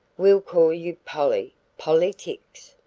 we'll call you polly polly tix.